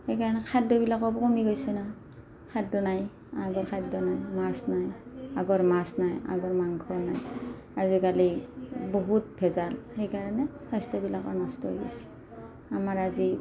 সেইকাৰণে খাদ্যবিলাকো কমি গৈছে না খাদ্য নাই আগৰ খাদ্য নাই মাছ নাই আগৰ মাছ নাই আগৰ মাংস নাই আজিকালি বহুত ভেজাল সেইকাৰণে স্বাস্থ্যবিলাকো নষ্ট হৈ গৈছে আমাৰ আজি